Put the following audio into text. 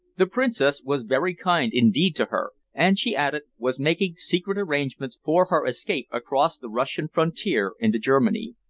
the princess was very kind indeed to her, and, she added, was making secret arrangements for her escape across the russian frontier into germany.